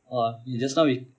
!wah! just now we